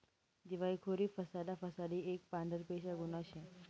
दिवायखोरी फसाडा फसाडी एक पांढरपेशा गुन्हा शे